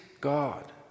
God